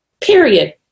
period